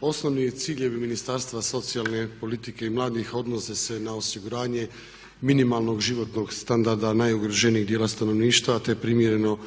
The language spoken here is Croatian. Osnovni ciljevi Ministarstva socijalne politike i mladih odnose se na osiguranje minimalnog životnog standarda najugroženijeg dijela stanovništva te primjereno